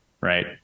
Right